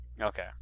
Okay